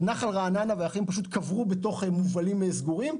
את נחל רעננה ואת האחרים בתוך יובלים סגורים,